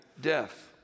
death